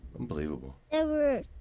Unbelievable